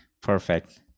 Perfect